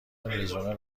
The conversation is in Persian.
رزومه